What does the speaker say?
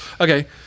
Okay